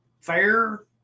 Fair